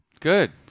Good